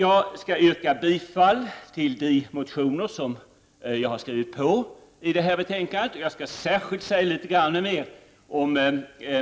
Jag vill yrka bifall till de motioner som jag har skrivit på i detta betänkande. Jag skall säga litet mer om